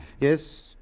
Yes